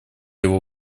его